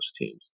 teams